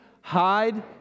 Hide